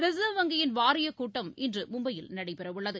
reserve வங்கியின் வாரியக் கூட்டம் இன்று மும்பையில் நடைபெறவுள்ளது